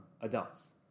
adults